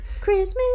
Christmas